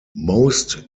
most